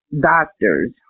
doctors